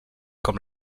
com